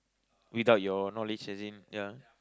without your knowledge as in ya